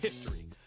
history